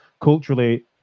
culturally